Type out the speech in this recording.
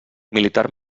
militar